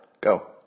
Go